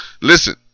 Listen